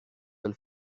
del